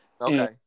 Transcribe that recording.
Okay